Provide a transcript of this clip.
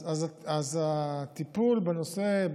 הטיפול בנושא,